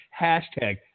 hashtag